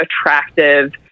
attractive